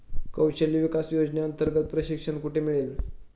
कौशल्य विकास योजनेअंतर्गत प्रशिक्षण कुठे मिळेल?